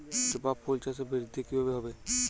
জবা ফুল চাষে বৃদ্ধি কিভাবে হবে?